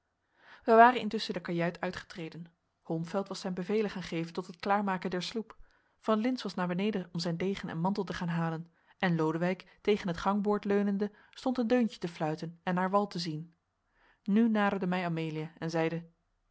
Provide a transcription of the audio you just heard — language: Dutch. wij waren intusschen de kajuit uitgetreden holmfeld was zijn bevelen gaan geven tot het klaarmaken der sloep van lintz was naar beneden om zijn degen en mantel te gaan halen en lodewijk tegen het gangboord leunende stond een deuntje te fluiten en naar wal te zien nu naderde mij amelia en zeide